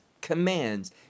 commands